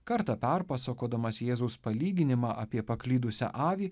kartą perpasakodamas jėzaus palyginimą apie paklydusią avį